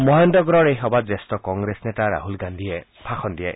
মহেন্দ্ৰগড়ৰ এই সভাত জ্যেষ্ঠ কংগ্ৰেছ নেতা ৰাহুল গান্ধীয়ে ভাষণ দিয়ে